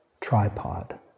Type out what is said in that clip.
tripod